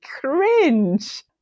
cringe